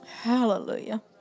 Hallelujah